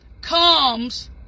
comes